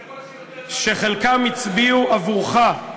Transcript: ככל שיותר, שחלקם הצביעו עבורך,